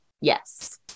yes